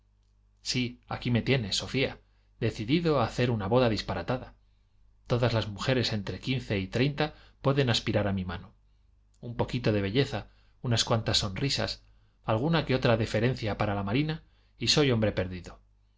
sí aquí me tienes sofía decidido a hacer una boda disparatada todas las mujeres entre quince y treinta pueden aspirar a mi mano ur poquito de belleza uñas cuantas sonrisas alguna que otra deferencia para la marina y soy hombre perdido